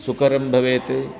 सुकरं भवेत्